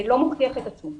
לא מוכיח את עצמו.